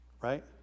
right